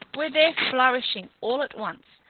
were there flourishing all at once,